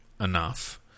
enough